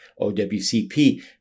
OWCP